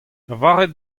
lavarit